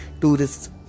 tourists